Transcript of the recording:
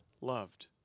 loved